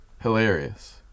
Hilarious